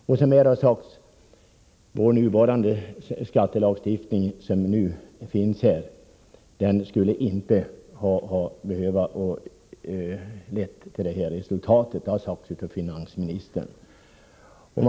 Som här har sagts skulle vår nuvarande skattelagsstiftning inte ha behövt leda till det här resultatet — det har finansministern sagt.